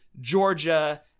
Georgia